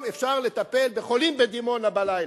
אפשר יהיה לטפל בחולים בדימונה בלילה.